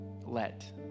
Let